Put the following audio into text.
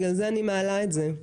לכן אני מעלה את זה.